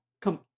Come